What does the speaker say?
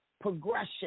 progression